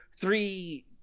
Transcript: Three